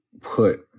put